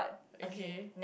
okay